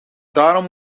daarom